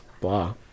blah